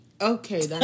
Okay